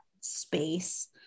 space